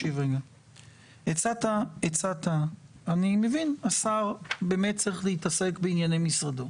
אני מבין, השר צריך להתעסק בענייני משרדו.